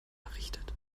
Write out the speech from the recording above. errichtet